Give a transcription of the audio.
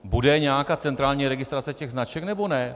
Bude nějaká centrální registrace značek, nebo ne?